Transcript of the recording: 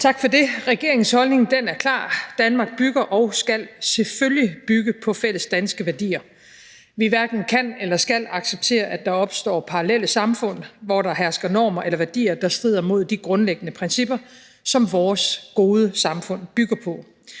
Tak for det. Regeringens holdning er klar: Danmark bygger på og skal selvfølgelig bygge på fælles danske værdier. Vi hverken kan eller skal acceptere, at der opstår parallelsamfund, hvor der hersker normer eller værdier, der strider imod de grundlæggende principper, som vores gode samfund bygger på.